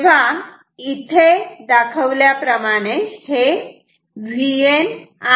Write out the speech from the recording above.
तेव्हा इथे हे Vn आणि इथे हे Vp आहे